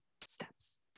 steps